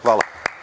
Hvala.